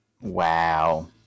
Wow